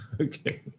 okay